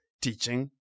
teaching